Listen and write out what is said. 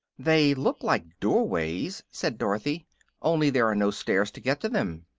they look like doorways, said dorothy only there are no stairs to get to them.